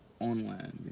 online